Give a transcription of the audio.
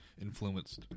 influenced